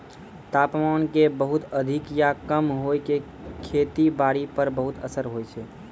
तापमान के बहुत अधिक या कम होय के खेती बारी पर बहुत असर होय छै